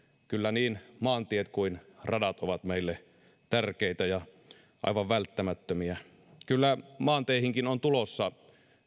kyllä niin maantiet kuin radat ovat meille tärkeitä ja aivan välttämättömiä kyllä maanteihinkin on tulossa